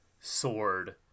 sword